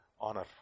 Honor